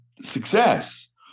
success